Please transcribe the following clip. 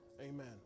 Amen